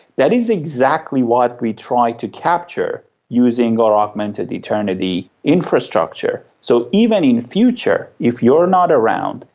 that is exactly what we try to capture using our augmented eternity infrastructure. so even in future, if you are not around,